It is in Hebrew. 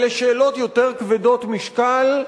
אלה שאלות יותר כבדות משקל,